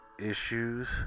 issues